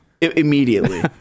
Immediately